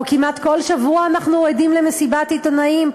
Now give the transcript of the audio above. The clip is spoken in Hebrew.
או כמעט כל שבוע אנחנו עדים למסיבת עיתונאים,